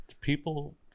people